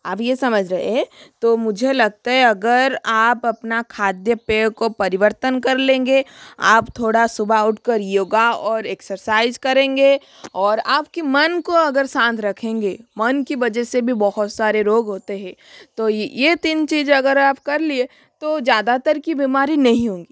अब ये समझ रहे तो मुझे लगता है अगर आप अपना खाद्य पेय को परिवर्तन कर लेंगे आप थोड़ा सुबह उठकर योगा और एक्सरसाइज करेंगे और आपकी मन को अगर शांत रखेंगे मन की वजह से भी बहुत सारे रोग होते है तो ये तीन चीज अगर आप कर लिए तो ज़्यादातर की बीमारी नहीं होगी